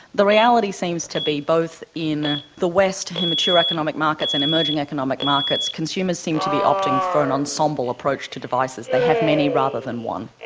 the reality seems to be, both in the west in matured economic markets and emerging economic markets, consumers seem to be opting for an ensemble approach to devices they have many rather than one.